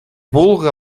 vulga